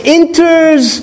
enters